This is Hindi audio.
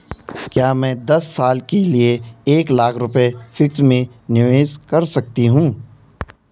क्या मैं दस साल के लिए एक लाख रुपये फिक्स में निवेश कर सकती हूँ?